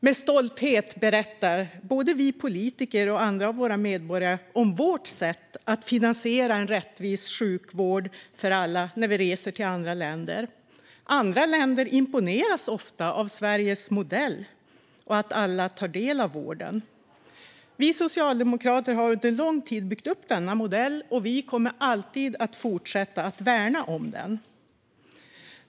Med stolthet berättar både vi politiker och andra av våra medborgare om vårt sätt att finansiera en rättvis sjukvård för alla när vi reser till andra länder. Andra länder imponeras ofta av Sveriges modell och att alla tar del av vården. Vi socialdemokrater har under lång tid byggt upp denna modell, och vi kommer alltid att fortsätta att värna den.